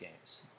games